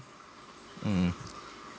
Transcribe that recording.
mm